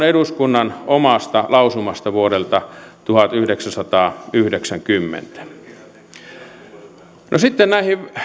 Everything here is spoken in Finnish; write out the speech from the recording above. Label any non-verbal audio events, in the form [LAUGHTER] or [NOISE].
[UNINTELLIGIBLE] eduskunnan omasta lausumasta vuodelta tuhatyhdeksänsataayhdeksänkymmentä sitten näihin